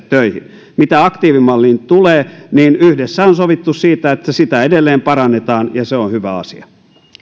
töihin mitä aktiivimalliin tulee niin yhdessä on sovittu siitä että sitä edelleen parannetaan ja se on hyvä asia